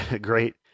Great